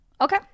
Okay